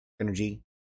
energy